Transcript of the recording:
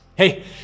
Hey